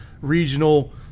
regional